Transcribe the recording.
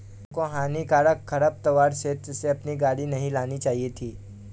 तुमको हानिकारक खरपतवार क्षेत्र से अपनी गाड़ी नहीं लानी चाहिए थी